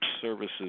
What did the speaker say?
services